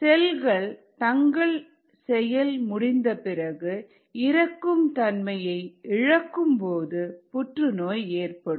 செல்கள் தங்கள் செயல் முடிந்த பிறகு இறக்கும் தன்மையை இழக்கும்போது புற்றுநோய் ஏற்படும்